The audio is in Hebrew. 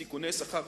סיכוני סחר-חוץ.